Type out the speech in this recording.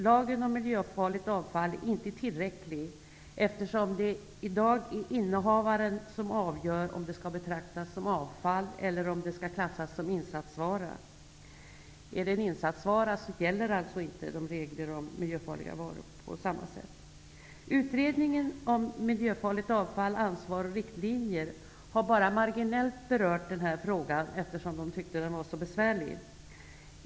Lagen om miljöfarligt avfall är inte tillräcklig, eftersom det i dag är innehavaren som avgör om en produkt skall betraktas som avfall eller om den skall klassas som insatsvara. För en insatsvara gäller inte samma regler som för miljöfarligt avfall. Utredningen om ansvar och riktlinjer för hanteringen av miljöfarligt avfall har bara marginellt berört frågan, eftersom utredningen tyckte att den var besvärlig.